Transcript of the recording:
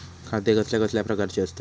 खाते कसल्या कसल्या प्रकारची असतत?